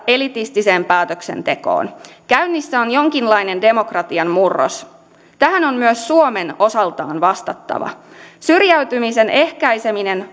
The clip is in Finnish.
elitistiseen päätöksentekoon käynnissä on jonkinlainen demokratian murros tähän on myös suomen osaltaan vastattava syrjäytymisen ehkäiseminen